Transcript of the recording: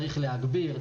צריך להגביר,